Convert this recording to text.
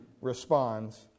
responds